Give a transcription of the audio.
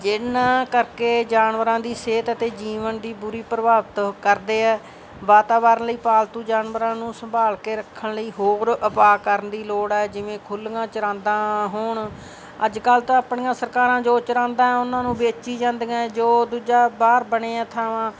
ਜਿਨ੍ਹਾਂ ਕਰਕੇ ਜਾਨਵਰਾਂ ਦੀ ਸਿਹਤ ਅਤੇ ਜੀਵਨ ਦੀ ਬੁਰੀ ਪ੍ਰਭਾਵਿਤ ਕਰਦੇ ਹੈ ਵਾਤਾਵਰਨ ਲਈ ਪਾਲਤੂ ਜਾਨਵਰਾਂ ਨੂੰ ਸੰਭਾਲ ਕੇ ਰੱਖਣ ਲਈ ਹੋਰ ਉਪਾਅ ਕਰਨ ਦੀ ਲੋੜ ਹੈ ਜਿਵੇਂ ਖੁੱਲੀਆਂ ਚਰਾਂਦਾ ਹੋਣ ਅੱਜ ਕੱਲ੍ਹ ਤਾਂ ਆਪਣੀਆਂ ਸਰਕਾਰਾਂ ਜੋ ਚਰਾਂਦਾ ਉਹਨਾਂ ਨੂੰ ਵੇਚੀ ਜਾਂਦੀਆਂ ਜੋ ਦੂਜਾ ਬਾਹਰ ਬਣਿਆ ਥਾਵਾਂ